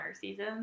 season